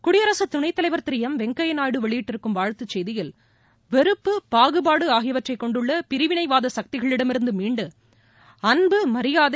குடியரசுத் துணைத்தலைவர் ்திரு எம் வெங்கையா நாயுடு வெளியிட்டிருக்கும் வாழ்த்துச் செய்தியில் வெறுப்பு பாகுபாடு ஆகியவற்றை கொண்டுள்ள பிரிவினைவாத சக்திகளிடமிருந்து மீண்டு அன்பு மரியாதை